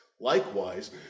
likewise